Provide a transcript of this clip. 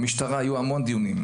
לגבי המשטרה - היו המון דיונים.